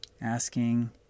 asking